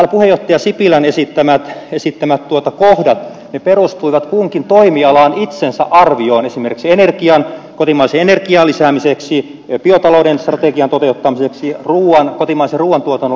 täällä puheenjohtaja sipilän esittämät kohdat perustuivat kunkin toimialan omaan arvioon esimerkiksi kotimaisen energian lisäämiseksi biotalouden strategian toteuttamiseksi kotimaisen ruuantuotannon lisäämiseksi ja matkailun edistämiseksi